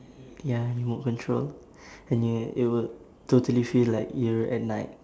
ya remote control and you it would totally feel like you're at night